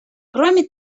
кроме